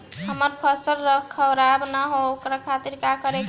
हमर फसल खराब न होखे ओकरा खातिर का करे के परी?